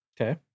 okay